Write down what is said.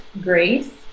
Grace